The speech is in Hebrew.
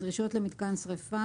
"דרישות למיתקן שריפה